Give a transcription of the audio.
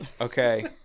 Okay